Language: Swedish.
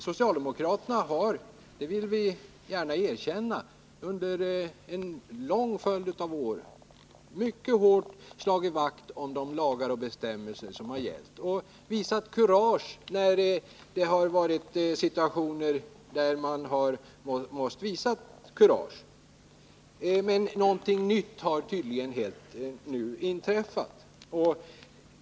Socialdemokraterna har — det vill vi gärna erkänna — under en lång följd av år mycket hårt slagit vakt om de lagar och bestämmelser som har gällt, och man har visat kurage i de situationer där sådant har krävts. Men nu har tydligen något nytt inträffat.